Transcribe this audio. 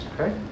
Okay